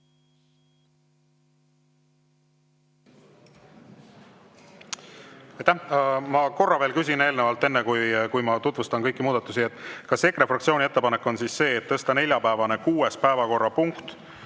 korra veel küsin eelnevalt, enne kui ma tutvustan kõiki muudatusi: kas EKRE fraktsiooni ettepanek on see, et tõsta neljapäevane kuues päevakorrapunkt,